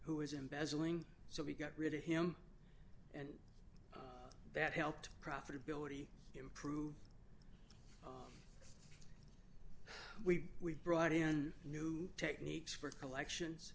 who was embezzling so we got rid of him that helped profitability improve we we've brought in new techniques for collections